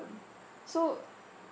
so